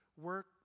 work